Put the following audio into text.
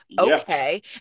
okay